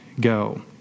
go